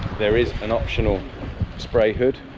there is an optional spray hood,